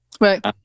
right